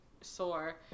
sore